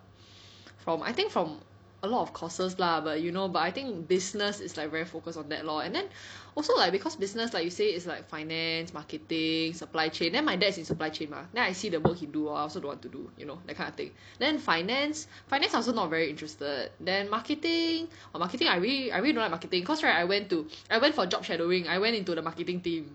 from I think from a lot of courses lah but you know but I think business is like very focused on that lor and then also like cause business like you say it's like finance marketing supply chain then my dad is in supply chain mah then I see the work he do I also don't want to do you know that kind of thing then finance finance I also not very interested then marketing orh marketing I really I really don't like marketing cause right I went to I went for job shadowing I went into the marketing team